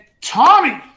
Tommy